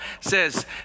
says